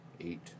eight